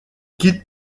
quitte